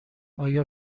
آیا